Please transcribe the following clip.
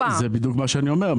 זה בדיוק מה שאני אומר.